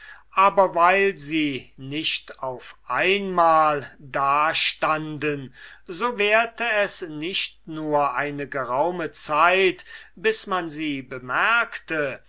aber weil sie nicht auf einmal da stunden so währte es nicht nur eine geraume zeit bis man sie bemerkte